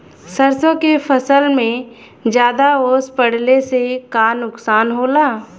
सरसों के फसल मे ज्यादा ओस पड़ले से का नुकसान होला?